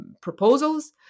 proposals